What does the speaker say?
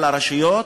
על הרשויות,